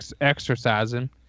exercising